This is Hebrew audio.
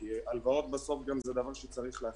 כי הלוואות זה דבר שבסוף גם צריך להחזיר.